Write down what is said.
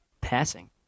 passing